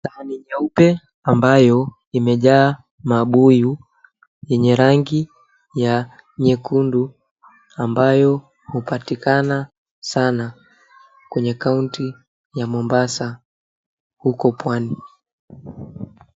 Sahani nyeupe ambayo imejaa mabuyu yenye rangi ya nyekundu ambayo hupatikana sana kwenye kaunti ya Mombasa huko pwani.